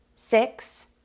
six,